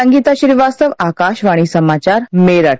संगीता श्रीवास्तव आकाशवाणी समाचार मेरठ